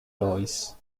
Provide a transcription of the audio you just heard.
lois